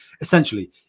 Essentially